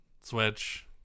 Switch